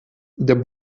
der